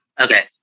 Okay